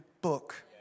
book